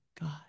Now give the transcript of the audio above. God